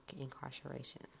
incarceration